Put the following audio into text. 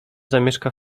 zamieszka